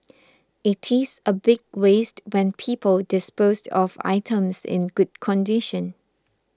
it is a big waste when people dispose of items in good condition